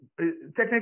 technical